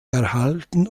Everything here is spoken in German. erhalten